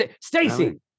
Stacy